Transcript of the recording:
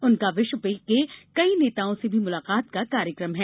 उनका विश्व के कई नेताओं से भी मुलाकात का कार्यक्रम है